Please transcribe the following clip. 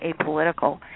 apolitical